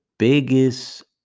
biggest